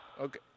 okay